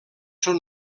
són